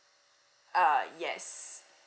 uh yes